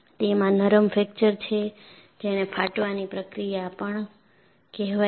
તેમાં નરમ ફ્રેક્ચર છે જેને ફાટવાની પ્રક્રિયા પણ કહેવાય છે